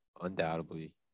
undoubtedly